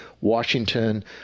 Washington